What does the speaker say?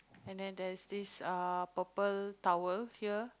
and then there's this uh purple towel here